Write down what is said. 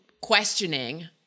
questioning